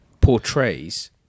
portrays